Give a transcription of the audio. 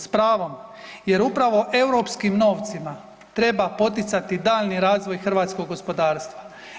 S pravom jer upravo europskim novcima treba poticati daljnji razvoj hrvatskog gospodarstva.